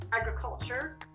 agriculture